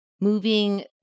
moving